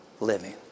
living